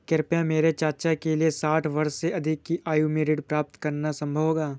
क्या मेरे चाचा के लिए साठ वर्ष से अधिक की आयु में ऋण प्राप्त करना संभव होगा?